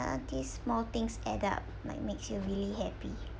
all these small things add up like makes you really happy